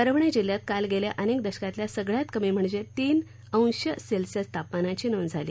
परभणी जिल्ह्यात काल गेल्या अनेक दशकातल्या सगळ्यात कमी म्हणजे तीन अंश सेल्शियस तापमानाची नोंद झाली